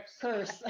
curse